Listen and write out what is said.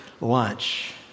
lunch